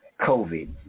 COVID